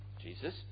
Jesus